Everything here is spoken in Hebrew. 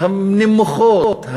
הנמוכות,